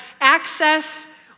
access